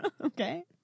Okay